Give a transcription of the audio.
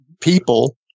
people